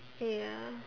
ya